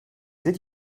did